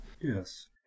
Yes